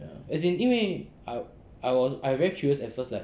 ya as in 因为 I I was I very curious at first like